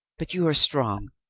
but you are strong,